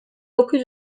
dokuz